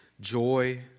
joy